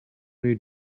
new